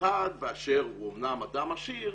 והאחד באשר הוא אמנם אדם עשיר,